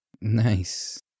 Nice